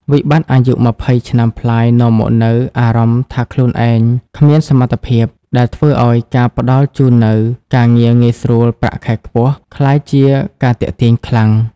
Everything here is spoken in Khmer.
វិបត្តិអាយុ២០ ឆ្នាំប្លាយនាំមកនូវអារម្មណ៍ថាខ្លួនឯង "គ្មានសមត្ថភាព" ដែលធ្វើឱ្យការផ្តល់ជូននូវ "ការងារងាយស្រួល ប្រាក់ខែខ្ពស់" ក្លាយជាការទាក់ទាញខ្លាំង។